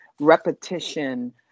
repetition